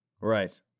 Right